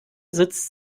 sitzt